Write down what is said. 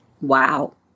Wow